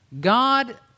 God